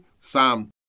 Psalm